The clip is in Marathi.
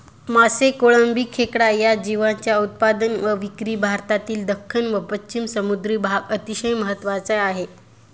मासे, कोळंबी, खेकडा या जीवांच्या उत्पादन व विक्री भारतातील दख्खन व पश्चिम समुद्री भाग अतिशय महत्त्वाचे आहे